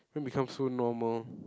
then become so normal